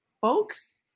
Folks